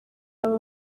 aba